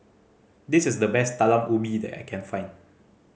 this is the best Talam Ubi that I can find